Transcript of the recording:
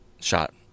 shot